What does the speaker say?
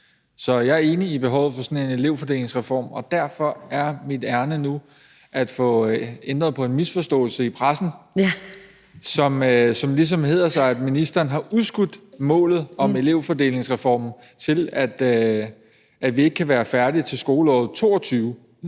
Så jeg er enig i behovet for sådan en elevfordelingsreform, og derfor er mit ærinde nu at få ændret på en misforståelse i pressen, hvor det ligesom hedder sig, at ministeren har udskudt målet om en elevfordelingsreform, så vi ikke kan være færdige til skoleåret 2022.